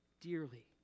dearly